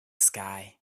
sky